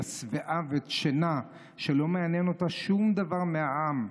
שבעה ודשנה שלא מעניין אותה שום דבר מהעם,